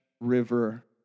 river